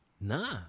Nah